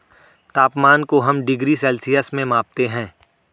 तापमान को हम डिग्री सेल्सियस में मापते है